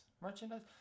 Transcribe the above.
Merchandise